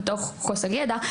מתוך חוסר ידע,